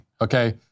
okay